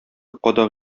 кадак